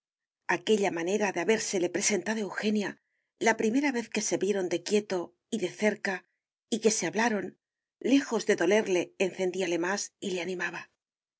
aquella manera de habérsele presentado eugenia la primera vez que se vieron de quieto y de cerca y que se hablaron lejos de dolerle encendíale más y le animaba el